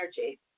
energy